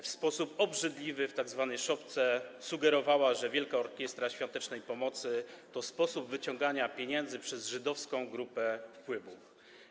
W sposób obrzydliwy w tzw. szopce sugerowała, że Wielka Orkiestra Świątecznej Pomocy to sposób wyciągania pieniędzy przez żydowską grupę wpływów.